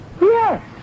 yes